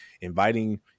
inviting